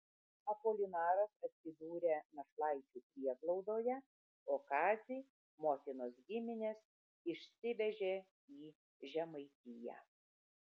apolinaras atsidūrė našlaičių prieglaudoje o kazį motinos giminės išsivežė į žemaitiją